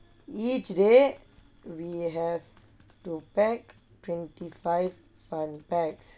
each day we have to pack twenty five fan packs